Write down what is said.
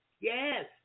Yes